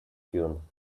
tune